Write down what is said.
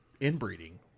inbreeding